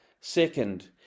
Second